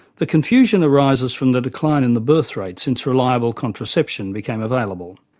the confusion arises from the decline in the birth rate since reliable contraception became available.